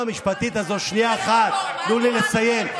זו הבעיה, אף אחד לא האשים.